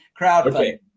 crowdfunding